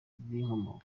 bw’inkomoko